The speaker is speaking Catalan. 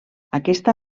aquesta